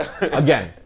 Again